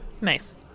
Nice